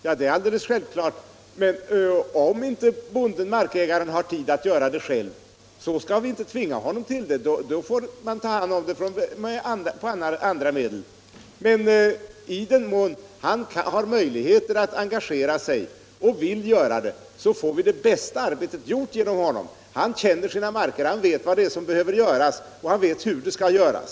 Ja, det är självklart att om bonden-markägaren inte har tid att göra det själv, skall vi inte försöka tvinga honom till det, utan då får man ta hand om det arbetet med andra medel, men i den mån han har möjlighet att engagera sig och vill göra det, får vi arbetet bäst gjort genom honom. Han känner sina marker och vet vad som behöver göras, och han vet hur det skall göras.